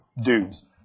dudes